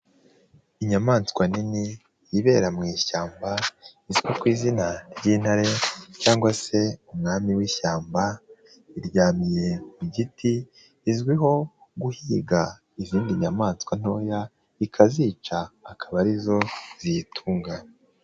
Inyamaswa nini yibera mu ishyamba izwi ku izina ry'intare cyangwa se umwami w'ishyamba iryamye ku giti izwiho guhiga izindi nyamaswa ntoya ikazica akaba arizo ziyitunga.